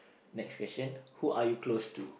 next question who are you close to